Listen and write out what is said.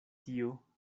tio